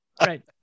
Right